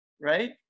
Right